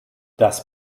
das